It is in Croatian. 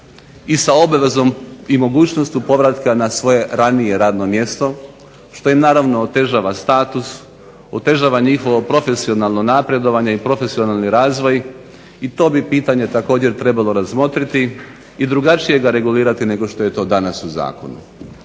i sa obvezom i mogućnošću povratka na svoje ranije radno mjesto što im naravno otežava status, otežava njihovo profesionalno napredovanje i profesionalni razvoj. I to bi pitanje također trebalo razmotriti i drugačije ga regulirati nego što je to danas u zakonu.